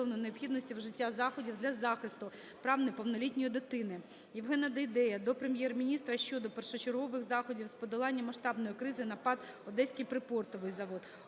необхідності вжиття заходів для захисту прав неповнолітньої дитини. Євгена Дейдея до Прем'єр-міністра щодо першочергових заходів з подолання масштабної кризи на ПАТ "Одеський припортовий завод".